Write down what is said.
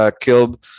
killed